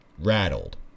rattled